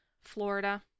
Florida